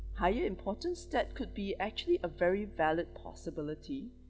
higher importance that could be actually a very valid possibility